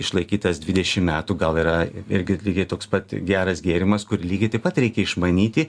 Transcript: išlaikytas dvidešim metų gal yra irgi lygiai toks pat geras gėrimas kur lygiai taip pat reikia išmanyti